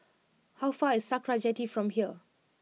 how far is Sakra Jetty from here